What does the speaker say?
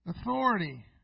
Authority